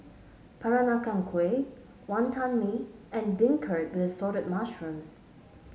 Peranakan Kueh Wantan Mee and beancurd with Assorted Mushrooms